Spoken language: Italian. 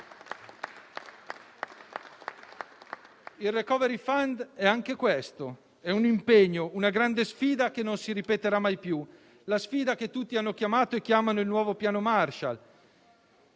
Il *recovery fund* è anche questo: è un impegno, una grande sfida che non si ripeterà mai più, la sfida che tutti hanno chiamato e chiamano il nuovo Piano Marshall.